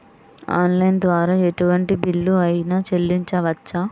Online ద్వారా ఎటువంటి bill అయినా చెల్లించవచ్చా?